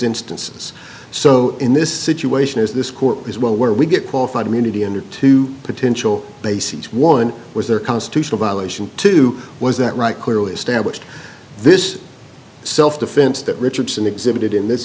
instances so in this situation as this court is well where we get qualified immunity and two potential bases one was the constitutional violation two was that right clearly established this self defense that richardson exhibited in this